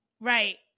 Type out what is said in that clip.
Right